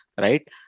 Right